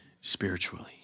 spiritually